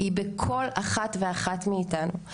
היא בכל אחת ואחת מאיתנו.